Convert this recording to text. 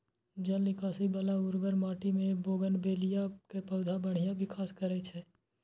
जल निकासी बला उर्वर माटि मे बोगनवेलिया के पौधा बढ़िया विकास करै छै